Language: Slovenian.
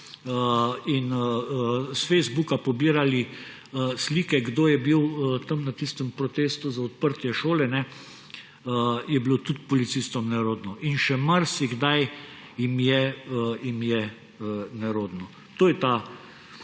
in iz Facebooka pobirali slike, kdo je bil na tistem protestu za odprtje šole, je bilo tudi policistom nerodno in še marsikdaj jim je nerodno. To je ta